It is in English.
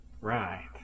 Right